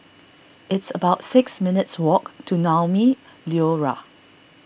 it's about six minutes' walk to Naumi Liora